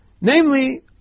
namely